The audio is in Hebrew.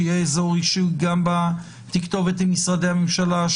שיהיה אזור אישי גם בתכתובת עם משרדי הממשלה?